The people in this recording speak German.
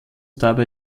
dabei